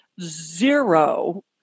zero